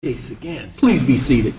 it's again please be seated